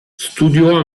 studiò